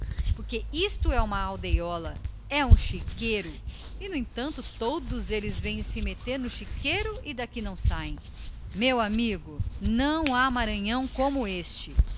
porque isto é uma aldeia é um chiqueiro e no entanto metem se no chiqueiro e daqui não saem meu amigo não há maranhão como este